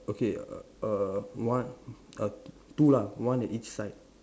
okay err err one err two lah one at each side